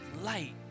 light